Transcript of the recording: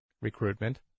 recruitment